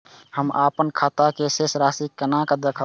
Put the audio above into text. हम अपन खाता के शेष राशि केना देखब?